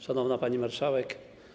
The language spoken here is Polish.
Szanowna Pani Marszałek!